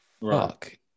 Fuck